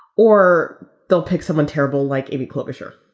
or they'll pick someone terrible like enclosure